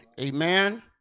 Amen